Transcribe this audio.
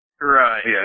Right